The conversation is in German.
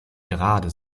gerade